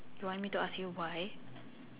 you want me to ask you why